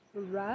Right